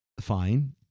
fine